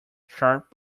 sharp